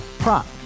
Prop